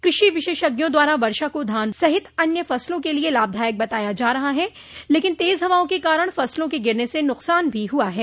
कृषि विशेषज्ञों द्वारा वर्षा को धान सहित अन्य फसलों के लिये लाभदायक बताया जा रहा है लेकिन तेज हवाओं के कारण फसलों के गिरने से नुकसान भी हुआ है